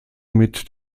mit